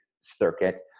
circuit